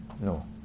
No